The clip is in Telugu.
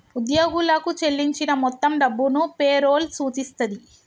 ఉద్యోగులకు చెల్లించిన మొత్తం డబ్బును పే రోల్ సూచిస్తది